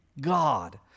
God